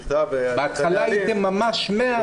בהתחלה הייתם ממש מאה אחוז.